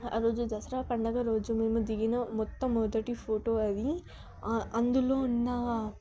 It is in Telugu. ఆ రోజు దసరా పండుగ రోజు మేము దిగిన మొట్ట మొదటి ఫోటో అది అందులో ఉన్న